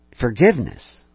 forgiveness